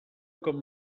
com